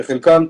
וחלקן,